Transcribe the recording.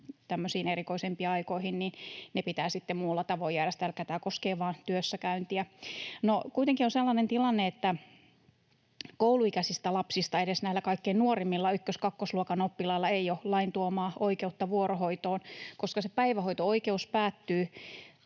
erikoisempiin aikoihin, niin ne pitää sitten muulla tavoin järjestää, elikkä tämä koskee vain työssäkäyntiä. No, kuitenkin on sellainen tilanne, että kouluikäisistä lapsista edes näillä kaikkein nuorimmilla, ykkös-, kakkosluokan oppilailla, ei ole lain tuomaa oikeutta vuorohoitoon, koska se päivähoito-oikeus päättyy